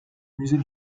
musée